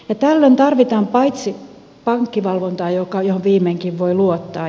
tällöin tarvitaan pankkivalvontaa johon viimeinkin voi luottaa